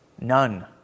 None